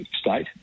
state